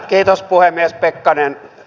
kiitos puhemies pekkanen